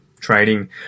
trading